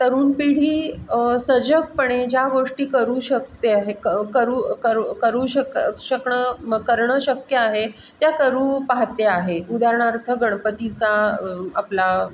तरुण पिढी सजकपणे ज्या गोष्टी करू शकते आहे क करू करू करू शक शकणं करणं शक्य आहे त्या करू पाहते आहे उदाहरणार्थ गणपतीचा आपला